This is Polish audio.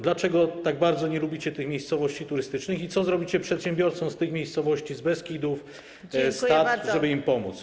Dlaczego tak bardzo nie lubicie miejscowości turystycznych i co zrobicie dla przedsiębiorców z tych miejscowości, z Beskidów, z Tatr, żeby im pomóc?